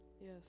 Yes